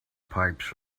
pipes